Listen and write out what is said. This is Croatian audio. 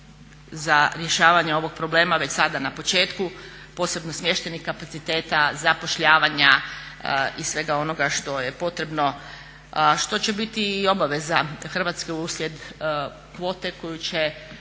za rješavanje ovog problema već sada na početku posebno smještenih kapaciteta zapošljavanja i svega onoga što je potrebno a što će biti i obaveza Hrvatske uslijed kvote koju će